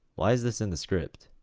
why is this in the script?